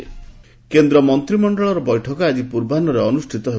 cabinet କେନ୍ଦ୍ର ମନ୍ତ୍ରିମଣ୍ଡଳର ବୈଠକ ଆଜି ପୂର୍ବାହ୍ନରେ ଅନୁଷ୍ଠିତ ହେବ